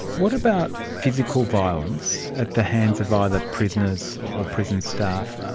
what about physical violence at the hands of either prisoners or prison staff?